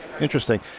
Interesting